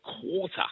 quarter